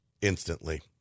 instantly